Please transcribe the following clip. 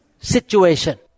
situation